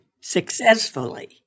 successfully